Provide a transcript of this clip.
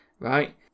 Right